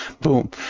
boom